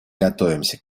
готовимся